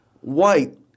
white